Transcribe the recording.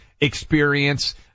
experience